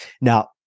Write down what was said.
now